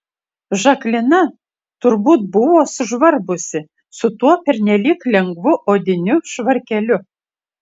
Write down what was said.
žaklina turbūt buvo sužvarbusi su tuo pernelyg lengvu odiniu švarkeliu